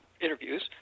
interviews